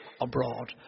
abroad